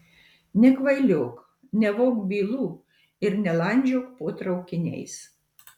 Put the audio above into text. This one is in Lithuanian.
nekvailiok nevok bylų ir nelandžiok po traukiniais